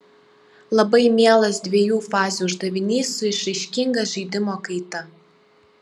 labai mielas dviejų fazių uždavinys su išraiškinga žaidimo kaita